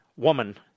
woman